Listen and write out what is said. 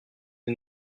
des